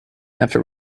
after